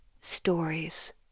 Stories